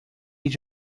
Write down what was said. age